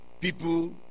people